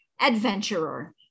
adventurer